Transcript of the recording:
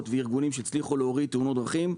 וארגונים שהצליחו להוריד תאונות דרכים,